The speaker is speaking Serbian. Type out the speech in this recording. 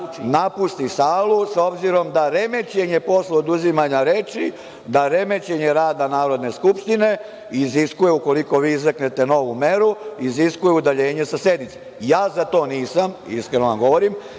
napusti salu s obzirom da remećenje posle oduzimanja reči, da remećenje rada Narodne skupštine iziskuje ukoliko vi izreknete novu meru, iziskuje udaljenje sa sednice. Ja za to nisam, iskreno vam govorim.